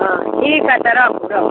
हँ ठीक हय तऽ रख रख